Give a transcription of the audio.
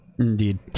Indeed